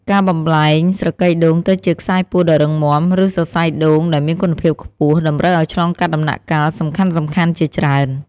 ការបំប្លែងស្រកីដូងទៅជាខ្សែពួរដ៏រឹងមាំ ឬសរសៃដូងដែលមានគុណភាពខ្ពស់ តម្រូវឱ្យឆ្លងកាត់ដំណាក់កាលសំខាន់ៗជាច្រើន។